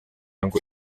ngo